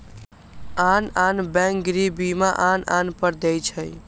आन आन बैंक गृह बीमा आन आन दर पर दइ छै